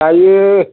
हायो